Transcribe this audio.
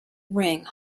ring